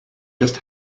just